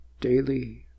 daily